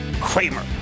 Kramer